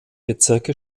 bezirke